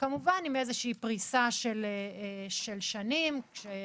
עם איזושהי פרישה של שנים, כמובן,